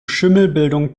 schimmelbildung